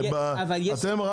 אתם ,